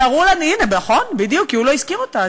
הנה, נכון, בדיוק, כי הוא לא הזכיר אותה.